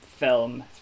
film